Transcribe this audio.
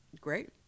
great